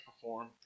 perform